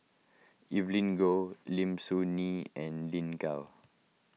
Evelyn Goh Lim Soo Ngee and Lin Gao